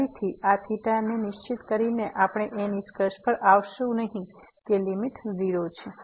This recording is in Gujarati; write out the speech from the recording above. તેથી ફરીથી આ θ ને નિશ્ચિત કરીને આપણે એ નિષ્કર્ષ પર આવશુ નહીં કે લીમીટ 0 છે